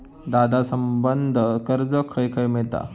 दादा, संबंद्ध कर्ज खंय खंय मिळता